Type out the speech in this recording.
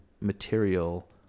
material